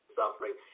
suffering